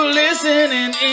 listening